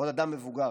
ועוד אדם מבוגר,